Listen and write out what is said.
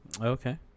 okay